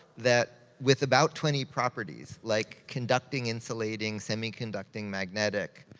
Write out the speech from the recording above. that with about twenty properties, like conducting, insulating, semi-conducting, magnetic,